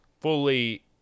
fully